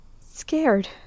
scared